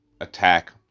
attack